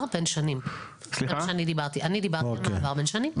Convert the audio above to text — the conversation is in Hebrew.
אני דיברתי על מעבר בין שנים.